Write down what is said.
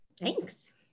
thanks